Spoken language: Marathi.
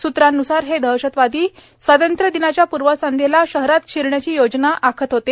सूत्रांवुसार हे दहशतवादी स्वातंत्र्य दिनाच्या पूर्वसंध्येला शहरात शिरण्याची योजना करीत होते